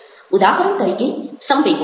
ઉદાહરણ તરીકે સંવેગો